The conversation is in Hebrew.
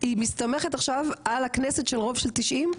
היא מסתמכת עכשיו על הכנסת של רוב של 90?